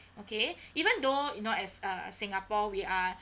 okay even though you know as uh singapore we are